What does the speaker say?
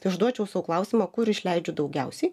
tai užduočiau sau klausimą kur išleidžiu daugiausiai